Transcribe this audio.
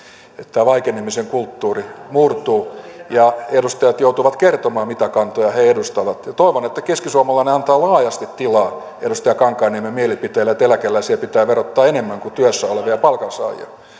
tämä vaikenemisen kulttuuri murtuu ja edustajat joutuvat kertomaan mitä kantoja he edustavat toivon että keskisuomalainen antaa laajasti tilaa edustaja kankaanniemen mielipiteelle että eläkeläisiä pitää verottaa enemmän kuin työssä olevia palkansaajia